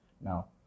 now